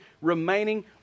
remaining